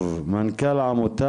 ובאמת עם הרבה מהציבור ומהחברה הערבית,